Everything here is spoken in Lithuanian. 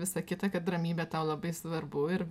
visą kitą kad ramybė tau labai svarbu ir